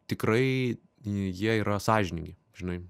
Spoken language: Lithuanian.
tikrai jie yra sąžiningi žinai